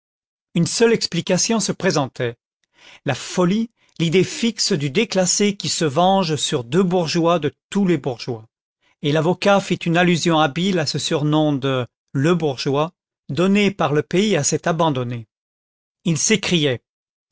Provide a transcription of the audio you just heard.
une seule explication se présentait la folie l'idée fixe du déclassé qui se venge sur deux bourgeois de tous les bourgeois et l'avocat fit une allusion habile à ce surnom de le bourgeois donné par le pays à cet abandonné il s'écriait